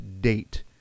date